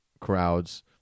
crowds